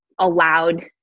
allowed